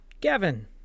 gavin